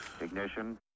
Ignition